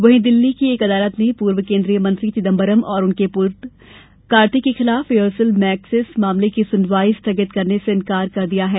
वहीं दिल्ली की एक अदालत ने पूर्व केंद्रीय मंत्री चिदंबरम और उनके पुत्र कार्ति के खिलाफ एयरसेल मैक्सिस मामले की सुनवाई स्थागित करने से इनकार कर दिया है